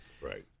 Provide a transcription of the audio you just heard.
Right